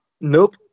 Nope